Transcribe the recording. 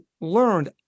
learned